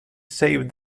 saved